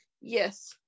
Yes